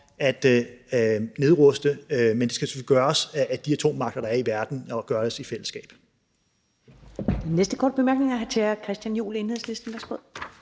at nedruste, men det skal selvfølgelig gøres af de atommagter, der er i verden, og gøres i fællesskab.